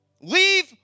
Leave